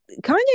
Kanye